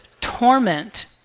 torment